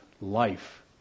life